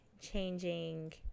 changing